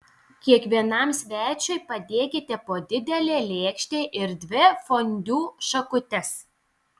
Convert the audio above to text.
kiekvienam svečiui padėkite po didelę lėkštę ir dvi fondiu šakutes